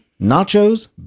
nachos